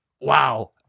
wow